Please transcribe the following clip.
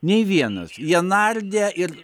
nei vienas jie nardė ir